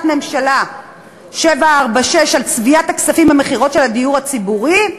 ממשלה 746 על צביעת הכספים מהמכירות של הדיור הציבורי,